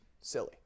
silly